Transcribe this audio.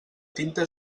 tinta